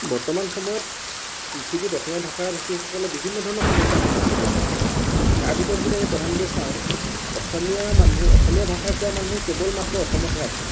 বৰ্তমান সময়ত পৃথিৱীত অসমীয়া ভাষা ভাষীসকলে বিভিন্ন ধৰণৰ সমস্য়াৰ সন্মুখীন হৈছে তাৰ ভিতৰত যদি আমি প্ৰধানকে চাওঁ অসমীয়া মানুহ অসমীয়া ভাষা কোৱা মানুহ কেৱল মাত্ৰ অসমতহে আছে